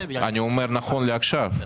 אני אומר נכון לעכשיו.